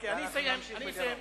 ואנחנו נמשיך בדיון.